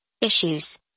issues